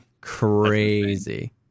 Crazy